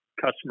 customer